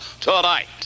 tonight